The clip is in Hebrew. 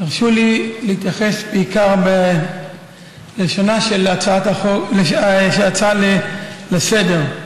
תרשו לי להתייחס בעיקר ללשונה של ההצעה לסדר-היום.